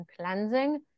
cleansing